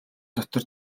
дотор